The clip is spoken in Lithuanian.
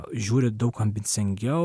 žiūri daug ambicingiau